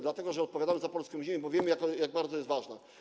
Dlatego, że odpowiadamy za polską ziemię, bo wiemy, jak bardzo jest ważna.